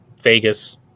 Vegas